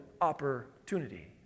opportunity